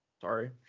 sorry